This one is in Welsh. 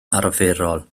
arferol